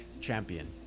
champion